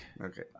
Okay